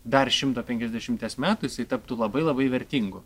dar šimto penkiasdešimties metų jisai taptų labai labai vertingu